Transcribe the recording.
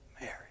Mary